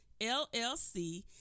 LLC